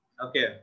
Okay